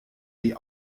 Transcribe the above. die